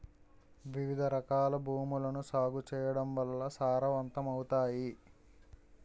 వివిధరకాల భూములను సాగు చేయడం వల్ల సారవంతమవుతాయి